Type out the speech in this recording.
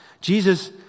Jesus